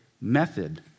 method